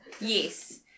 Yes